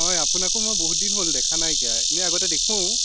হয় আপোনাকো মই বহুত দিন হ'ল দেখা নাইকিয়া এনেই আগতে দেখোঁ